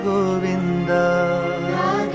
Govinda